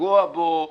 לפגוע בו.